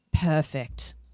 Perfect